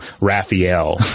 Raphael